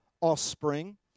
offspring